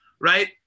Right